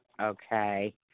okay